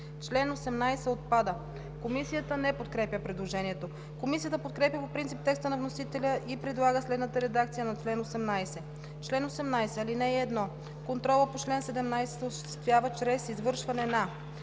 „Член 18 – отпада.“ Комисията не подкрепя предложението. Комисията подкрепя по принцип текста на вносителя и предлага следната редакция на чл. 18: „Чл. 18. (1) Контролът по чл. 17 се осъществява чрез извършване на: